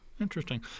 interesting